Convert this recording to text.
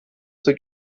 zur